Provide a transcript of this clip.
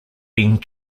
being